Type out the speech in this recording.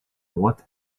droite